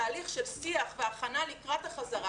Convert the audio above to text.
תהליך של שיח והכנה לקראת החזרה,